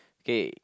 K